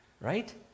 right